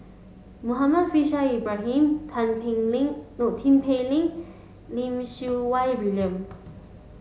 Muhammad Faishal Ibrahim Tan Pei Ling Low Tin Pei Ling Lim Siew Wai William